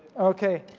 okay.